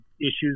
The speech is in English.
issues